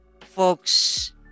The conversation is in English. Folks